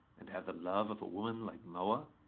and have the love of a woman like moa.